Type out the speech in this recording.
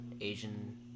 asian